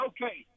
Okay